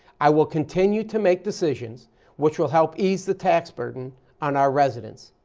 i will continue to make decisions which will help ease the taburden on our residents.